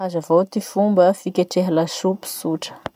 Hazavao ty fomba fiketreha lasopy tsotra?